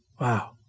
Wow